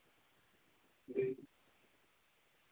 जी